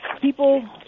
people